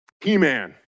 He-man